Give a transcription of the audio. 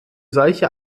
solche